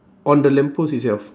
on the lamp post itself